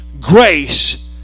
grace